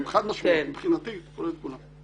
חד-משמעית מבחינתי זה כולל את כולם.